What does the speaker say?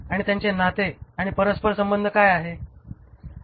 आणि त्यांचे नाते आणि परस्पर संबंध काय आहे